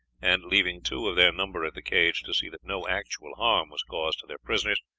and leaving two of their number at the cage to see that no actual harm was caused to their prisoners,